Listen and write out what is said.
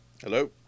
Hello